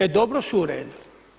E dobro su uredili.